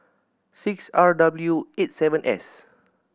six R W eight seven S